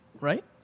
right